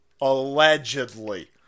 Allegedly